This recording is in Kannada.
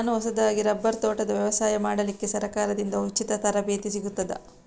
ನಾನು ಹೊಸದಾಗಿ ರಬ್ಬರ್ ತೋಟದ ವ್ಯವಸಾಯ ಮಾಡಲಿಕ್ಕೆ ಸರಕಾರದಿಂದ ಉಚಿತ ತರಬೇತಿ ಸಿಗುತ್ತದಾ?